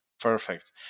Perfect